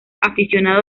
aficionado